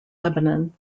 lebanon